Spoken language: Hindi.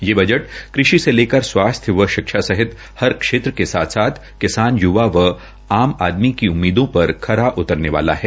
ये बजट कृषि से लेकर स्वास्थ्य व शिक्षा सहित हर क्षेत्र के साथ साथ किसान य्वा व आम आदमी की उम्मीदों पर खरा उतरने वाला है